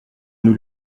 nous